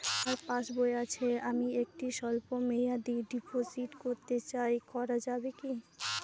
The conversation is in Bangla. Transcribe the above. আমার পাসবই আছে আমি একটি স্বল্পমেয়াদি ডিপোজিট করতে চাই করা যাবে কি?